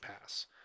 pass